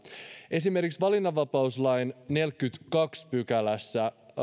esimerkiksi valinnanvapauslain neljännessäkymmenennessätoisessa pykälässä